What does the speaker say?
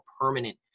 permanent